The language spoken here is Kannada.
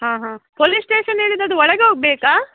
ಆಂ ಹಾಂ ಪೊಲೀಸ್ ಸ್ಟೇಷನ್ ಹೇಳಿದ್ದು ಅದು ಒಳಗೆ ಹೋಗಬೇಕಾ